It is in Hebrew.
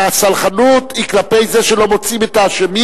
הסלחנות היא כלפי זה שלא מוצאים את האשמים,